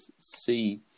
see